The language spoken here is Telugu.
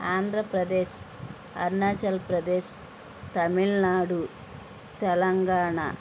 ఆంధ్రప్రదేశ్ అరుణాచల్ప్రదేశ్ తమిళనాడు తెలంగాణ